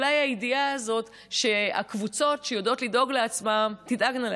אולי הידיעה הזאת שהקבוצות שיודעות לדאוג לעצמן תדאגנה לעצמן.